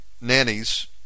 nannies